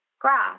grass